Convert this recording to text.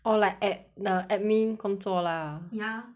orh like at the admin 工作 lah ya